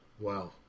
Wow